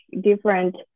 different